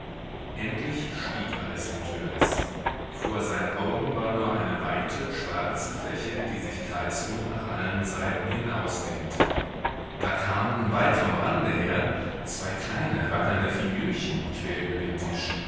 endlich schwieg alles in törleß vor seinen augen war nur eine weite schwarze fläche die sich kreisrund nach allen seiten hin ausdehnte da kamen weit vom rande her zwei kleine wackelnde figürchen quer über den tisch